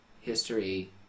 history